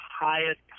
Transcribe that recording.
highest